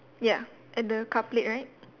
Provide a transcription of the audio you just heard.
ya at the car plate right